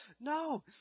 No